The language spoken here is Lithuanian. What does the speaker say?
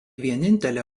vienintelė